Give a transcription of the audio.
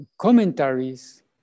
commentaries